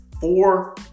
four